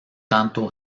tanto